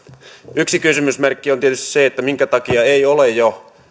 yksi kysymysmerkki on tietysti se minkä takia ei ole jo